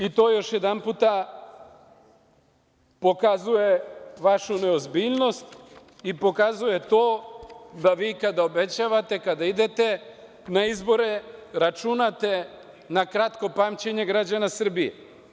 I to još jedanputa pokazuje vašu neozbiljnost i pokazuje to da vi kada obećavate, kada idete na izbore računate na kratko pamćenje građana Srbije.